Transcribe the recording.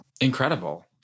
incredible